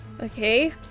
Okay